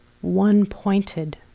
one-pointed